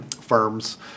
firms